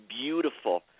beautiful